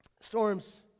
Storms